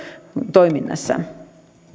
toiminnassa